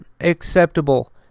acceptable